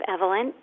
Evelyn